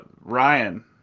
Ryan